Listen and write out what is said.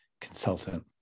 consultant